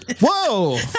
Whoa